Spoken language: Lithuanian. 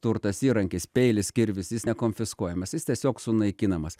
turtas įrankis peilis kirvis jis nekonfiskuojamas jis tiesiog sunaikinamas